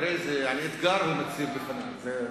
תראה איזה אתגר הוא מציב בפנינו.